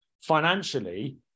financially